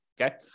okay